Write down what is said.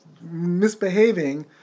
misbehaving